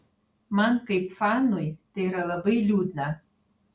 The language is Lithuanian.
man kaip fanui tai yra labai liūdna